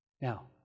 Now